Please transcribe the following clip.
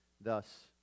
thus